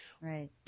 Right